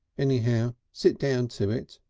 anyhow, sit down to it.